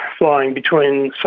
flying between, say,